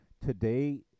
Today